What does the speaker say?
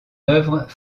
œuvre